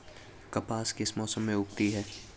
कपास किस मौसम में उगती है?